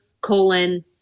Colon